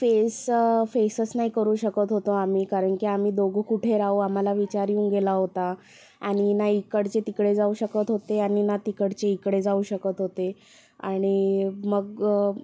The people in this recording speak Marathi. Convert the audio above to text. फेस फेसच नाही करू शकत होतो आम्ही कारण की आम्ही दोघं कुठे राहू आम्हाला विचार येऊन गेला होता आणि ना इकडचे तिकडे जाऊ शकत होते आणि ना तिकडचे इकडे जाऊ शकत होते आणि मग